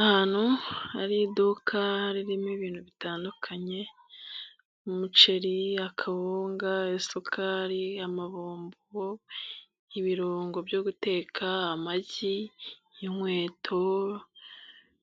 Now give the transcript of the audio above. Ahantu hari iduka ririmo ibintu bitandukanye :umuceri, akawunga, isukari, amabombo, ibirungo byo guteka, amagi, inkweto